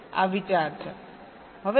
આ વિચાર છે